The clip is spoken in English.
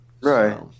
Right